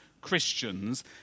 Christians